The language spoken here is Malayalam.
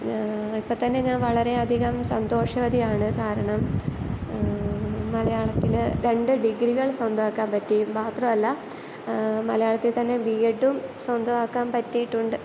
ഇപ്പം തന്നെ ഞാൻ വളരെയധികം സന്തോഷവതിയാണ് കാരണം മലയാളത്തിൽ രണ്ട് ഡിഗ്രികൾ സ്വന്തമാക്കാൻ പറ്റി മാത്രമല്ല മലയാളത്തിൽ തന്നെ ബി എഡും സ്വന്തമാക്കാൻ പറ്റിയിട്ടുണ്ട്